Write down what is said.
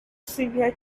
severe